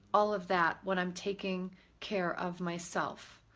all of that, when i'm taking care of myself.